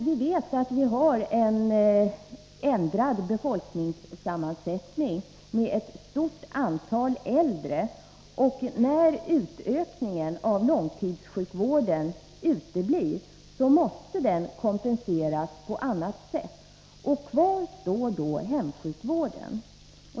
Vi har en ändrad befolkningssammansättning, med ett stort antal äldre. När utökningen av långtidssjukvården uteblir måste den kompenseras på annat sätt. Kvar står då hemsjukvården.